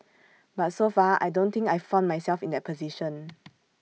but so far I don't think I've found myself in that position